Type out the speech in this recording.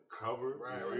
cover